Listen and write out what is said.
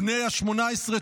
בני ה-18,